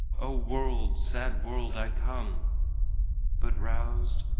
o world, sad world, i come but roused,